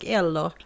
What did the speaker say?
eller